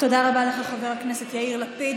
תודה רבה לך, חבר הכנסת יאיר לפיד.